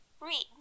read